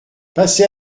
passez